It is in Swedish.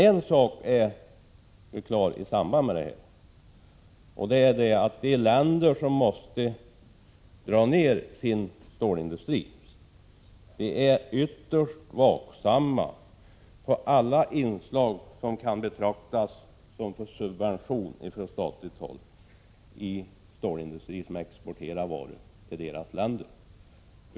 En sak är emellertid klar: de länder som måste dra ner inom sin stålindustri är ytterst vaksamma på alla inslag som kan betraktas som subventioner från statligt håll till stålindustrier som exporterar varor till dessa länder.